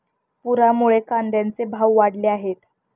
पुरामुळे कांद्याचे भाव वाढले आहेत